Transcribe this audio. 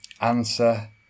answer